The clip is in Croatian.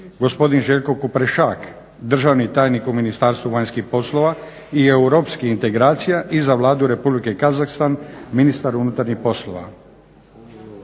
gospodin Željko Kuprešak državni tajnik u Ministarstvu vanjskih poslova i europskih integracija i za Vladu Republike Kazahstan ministar unutarnjih poslova.